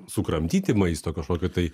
sukramtyti maisto kažkokio tai